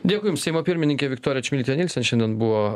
dėkui jums seimo pirmininkė viktorija čmilytė nielsen šiandien buvo